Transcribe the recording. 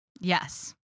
Yes